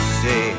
say